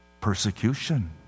persecution